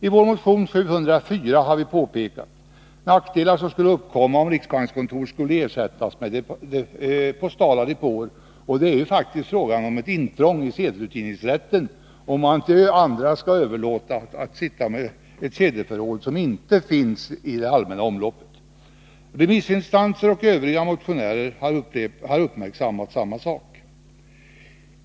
I vår motion 704 har vi pekat på nackdelar som skulle uppkomma om riksbankskontor skulle ersättas med postala depåer. Det är faktiskt fråga om ett intrång i sedelutgivningsrätten, om man till andra skall överlåta att sitta med ett sedelförråd som inte finns i det allmänna omloppet. Remissinstanser och övriga motionärer har uppmärksammat samma sak.